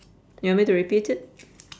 you want me to repeat it